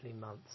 months